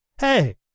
hey